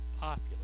popular